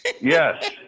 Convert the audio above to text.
Yes